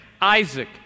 Isaac